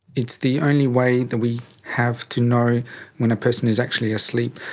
it's the only way that we have to know when a person is actually asleep.